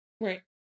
right